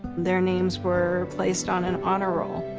their names were placed on an honor roll.